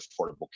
Affordable